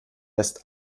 lässt